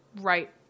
right